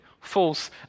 false